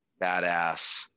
badass